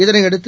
இதனையடுத்து